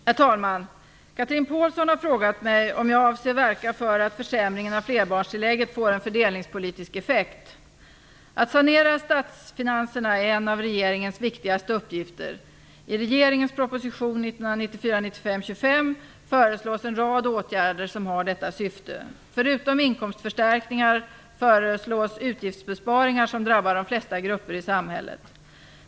Herr talman! Chatrine Pålsson har frågat mig om jag avser verka för att försämringen av flerbarnstillägget får en fördelningspolitisk effekt. Att sanera statsfinanserna är en av regeringens viktigaste uppgifter. I regeringens proposition 1994/95:25 föreslås en rad åtgärder som har detta syfte. Förutom inkomstförstärkningar föreslås utgiftsbesparingar som drabbar de flesta grupper i samhället.